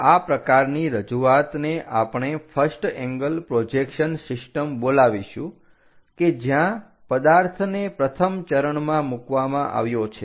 આ પ્રકારની રજૂઆત ને આપણે ફર્સ્ટ એંગલ પ્રોજેક્શન સિસ્ટમ બોલાવીશું કે જ્યાં પદાર્થને પ્રથમ ચરણ માં મૂકવામાં આવ્યો છે